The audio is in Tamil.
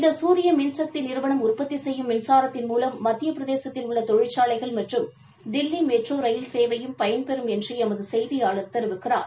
இந்த சூரிய மின்சக்தி நிறுவனம் உற்பத்தி செய்யும் மின்சாரத்தின் மூலம் மத்திய பிரதேசத்தில் உள்ள தொழிற்சாலைகள் மற்றும் தில்லி மெட்ரோ ரயில் சேவையும் பயன்பெறும் என்று எமது செய்தியாளர் தெரிவிக்கிறார்